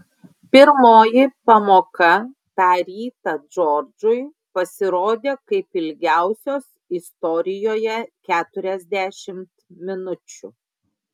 pirmoji pamoka tą rytą džordžui pasirodė kaip ilgiausios istorijoje keturiasdešimt minučių